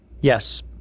Yes